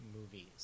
movies